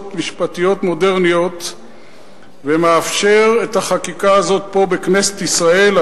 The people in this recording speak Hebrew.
משפטיות מודרניות ומאפשר את החקיקה הזאת פה בכנסת ישראל,